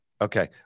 Okay